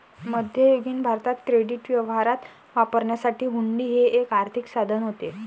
मध्ययुगीन भारतात क्रेडिट व्यवहारात वापरण्यासाठी हुंडी हे एक आर्थिक साधन होते